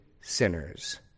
sinners